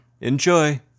Enjoy